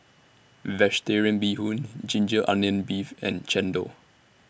Vegetarian Bee Hoon Ginger Onions Beef and Chendol